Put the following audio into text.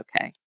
okay